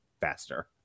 faster